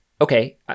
okay